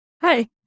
Hi